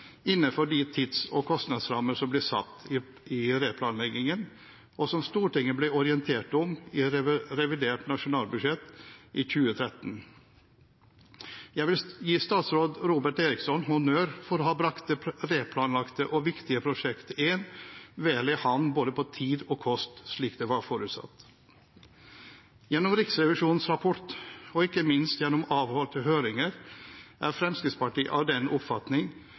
innenfor de tids- og kostnadsrammer som ble satt i replanleggingen, og som Stortinget ble orientert om i revidert nasjonalbudsjett i 2013. Jeg vil gi statsråd Robert Eriksson honnør for å ha brakt det replanlagte og viktige Prosjekt 1 vel i havn på både tid og kost, slik det var forutsatt. Gjennom Riksrevisjonens rapport og ikke minst gjennom avholdte høringer er Fremskrittspartiet av den oppfatning